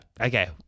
Okay